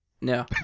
No